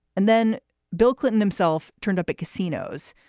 and then bill clinton himself turned up at casinos,